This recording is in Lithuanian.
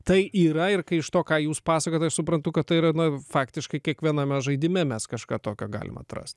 tai yra ir kai iš to ką jūs pasakojot aš suprantu kad tai yra na faktiškai kiekviename žaidime mes kažką tokio galim atrast